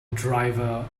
driver